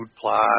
plot